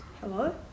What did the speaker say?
Hello